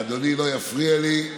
אדוני לא יפריע לי.